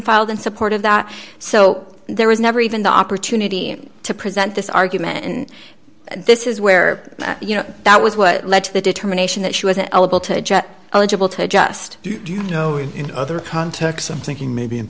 filed in support of that so there was never even the opportunity to present this argument and this is where you know that was what led to the determination that she wasn't eligible to adjust do you know in other contexts i'm thinking maybe in